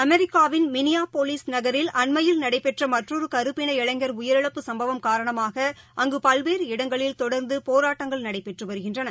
அமெரிக்காவின் மினியாபோலீஸ் நகரில் அண்எமயில் நடைபெற்றமற்றொருகருப்பின இளைஞர் வயிரிழப்பு சம்பவம் காரணமாக அங்குபல்வேறு இடங்களில் தொடர்ந்துபோராட்டங்கள் நடைபெற்றுவருகின்றன